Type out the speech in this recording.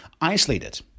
isolated